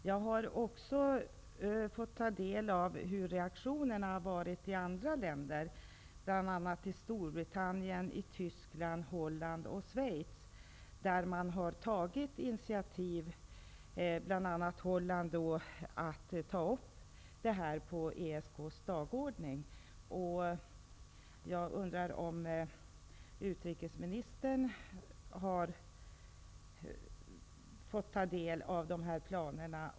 Jag har också fått ta del av reaktionerna i andra länder, bl.a. i Storbritannien, Tyskland, Holland och Schweiz. I Holland har man t.ex. tagit initiativ för att denna fråga skall tas upp på ESK:s dagordning. Jag undrar om utrikesministern har fått ta del av de här planerna.